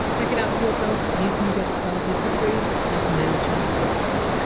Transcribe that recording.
check it out for yourself. you can get started for free at mailchimp dot com